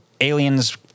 aliens—